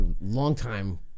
Longtime